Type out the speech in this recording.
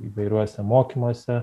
įvairiuose mokymuose